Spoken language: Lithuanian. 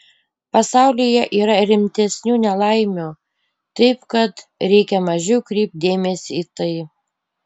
pasaulyje yra ir rimtesnių nelaimių taip kad reikia mažiau kreipt dėmesį į tai